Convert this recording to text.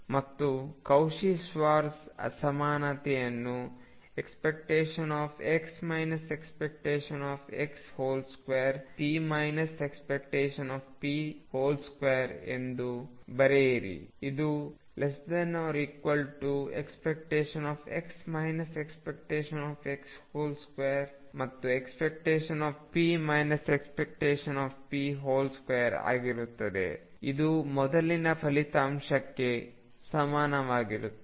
ಮತ್ತು Cauchy Schwarz ಅಸಮಾನತೆಯನ್ನು ⟨x ⟨x⟩2p ⟨p⟩2⟩ ಎಂದು ಬರೆಯಿರಿ ಇದು ⟨x ⟨x⟩2⟩⟨p ⟨p⟩2⟩ಆಗಿರುತ್ತದೆ ಇದು ಮೊದಲಿನ ಫಲಿತಾಂಶಕ್ಕೆ ಸಮಾನವಾಗಿರುತ್ತದೆ